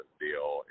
deal